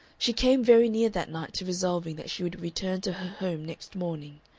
she came very near that night to resolving that she would return to her home next morning.